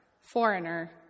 foreigner